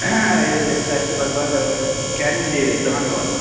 سۄ چھِ لگ بگ ٹٮ۪ن ڈیٚز دَہَن دۄہَن